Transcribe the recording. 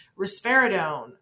risperidone